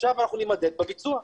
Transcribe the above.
עכשיו אנחנו נימדד בביצוע.